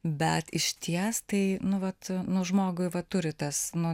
bet išties tai nu vat nu žmogui va turi tas nu